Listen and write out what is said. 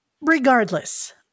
Regardless